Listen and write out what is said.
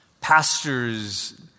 pastors